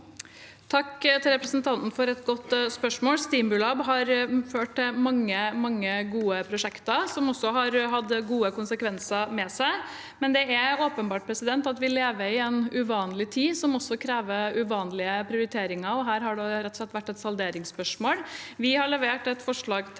Takk til re- presentanten for et godt spørsmål. Stimulab har ført til mange, mange gode prosjekter som også har hatt gode konsekvenser med seg. Men det er åpenbart at vi lever i en uvanlig tid som krever uvanlige prioriteringer, og her har det rett og slett vært et salderingsspørsmål.